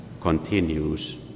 continues